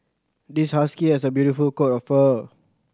this husky has a beautiful coat of fur